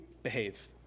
behave